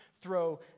throw